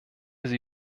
sie